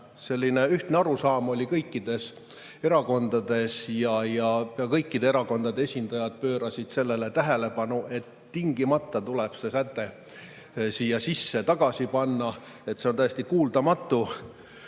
selline ühtne arusaam oli kõikides erakondades ja kõikide erakondade esindajad pöörasid sellele tähelepanu, et tingimata tuleb see säte siia sisse tagasi panna, on täiesti kuulmatu